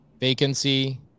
vacancy